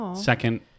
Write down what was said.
Second